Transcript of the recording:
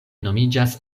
nomiĝas